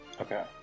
Okay